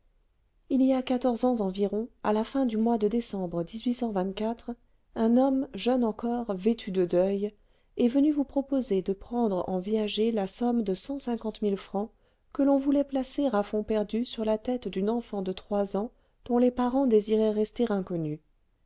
il y a quatorze ans environ à la fin du mois de décembre un homme jeune encore vêtu de deuil est venu vous proposer de prendre en viager la somme de cent cinquante mille francs que l'on voulait placer à fonds perdus sur la tête d'une enfant de trois ans dont les parents désiraient rester inconnus